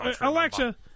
Alexa